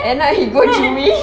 end up he go